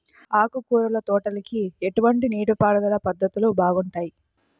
ఆకుకూరల తోటలకి ఎటువంటి నీటిపారుదల పద్ధతులు బాగుంటాయ్?